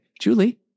Julie